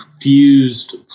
fused